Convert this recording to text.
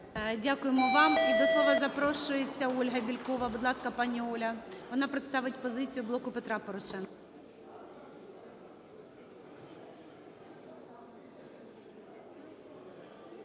Дякуємо вам. І до слова запрошується Ольга Бєлькова. Будь ласка, пані Оля. Вона представить позицію "Блоку Петра Порошенка".